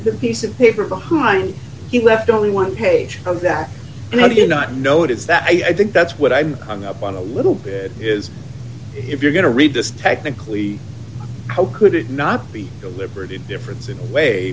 the piece of paper behind he left only one page of that and i do not know it is that i think that's what i'm on the up on a little bit is if you're going to read this technically how could it not be deliberate indifference in a way